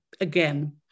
again